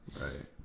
Right